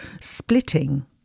splitting